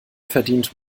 verdient